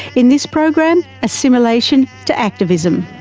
in this program, assimilation to activism.